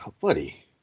Buddy